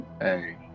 hey